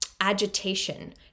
agitation